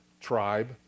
tribe